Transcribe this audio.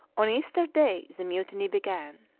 on easter day the mutiny began.